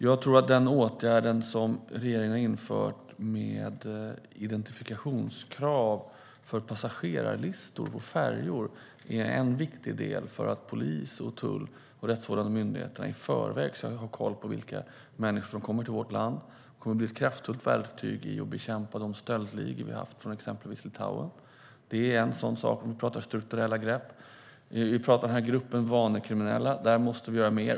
Jag tror att det faktum att regeringen har infört identifikationskrav för passagerare och passagerarlistor på färjor är en viktig del när det gäller att polis och tull i förväg ska ha koll på vilka människor som kommer till vårt land. Det kommer att bli ett kraftfullt verktyg för att bekämpa de stöldligor från exempelvis Litauen som har kommit hit. Detta är en sak som är viktig när vi talar om strukturella grepp. Vi pratar om gruppen vanekriminella. Där måste vi göra mer.